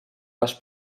les